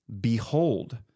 behold